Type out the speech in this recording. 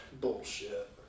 Bullshit